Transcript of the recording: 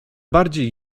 bardziej